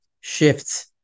shifts